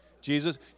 Jesus